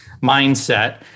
mindset